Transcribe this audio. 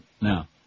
now